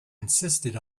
insisted